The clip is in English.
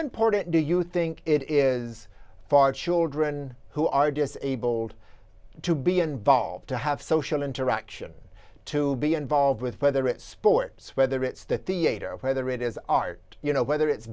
important do you think it is far children who are disabled to be involved to have social interaction to be involved with whether it's sports whether it's the theater whether it is art you know whether it's